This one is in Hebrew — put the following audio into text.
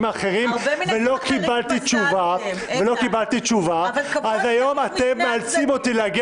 אחרים ולא קיבלתי תשובה ------- אז היום אתם מאלצים אותי להגיע